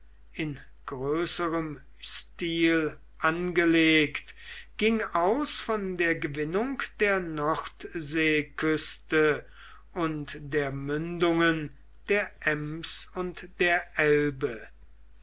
in größerem stil angelegt ging aus von der gewinnung der nordseeküste und der mündungen der eins und der elbe